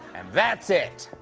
and that's it.